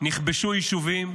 נכבשו יישובים,